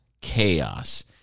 Chaos